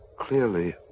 Clearly